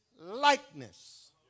likeness